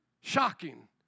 Shocking